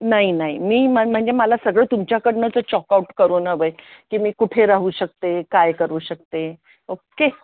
नाही नाही मी म्हणजे मला सगळं तुमच्याकडूनच चॉकआउट करून हवं आहे की मी कुठे राहू शकते काय करू शकते ओक्के